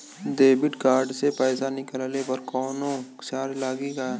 Debit card से पैसा निकलले पर कौनो चार्ज लागि का?